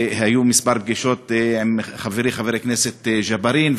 והיו כמה פגישות עם חברי חבר הכנסת ג'בארין,